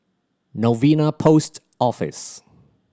Novena Post Office